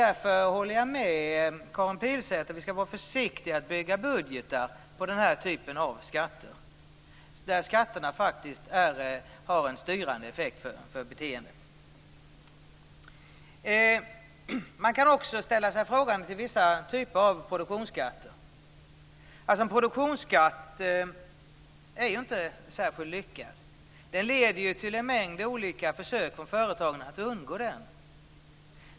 Därför håller jag med Karin Pilsäter om att vi skall vara försiktiga med att bygga budgetar på den här typen av skatter som har en styrande effekt på beteendet. En produktionsskatt är ju inte särskilt lyckad. Den leder till en mängd olika försök från företagen att undgå den.